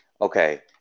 okay